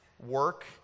Work